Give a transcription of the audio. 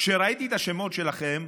כשראיתי את השמות שלכם,